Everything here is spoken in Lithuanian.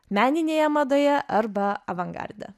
meninėje madoje arba avangarde